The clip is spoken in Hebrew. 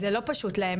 זה לא פשוט להם ,